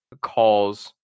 calls